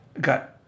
got